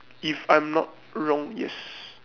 if I'm not wrong yes